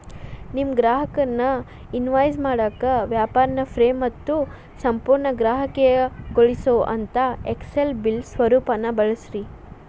ನಿಮ್ಮ ಗ್ರಾಹಕರ್ನ ಇನ್ವಾಯ್ಸ್ ಮಾಡಾಕ ವ್ಯಾಪಾರ್ನ ಫ್ರೇ ಮತ್ತು ಸಂಪೂರ್ಣ ಗ್ರಾಹಕೇಯಗೊಳಿಸೊಅಂತಾ ಎಕ್ಸೆಲ್ ಬಿಲ್ ಸ್ವರೂಪಾನ ಬಳಸ್ರಿ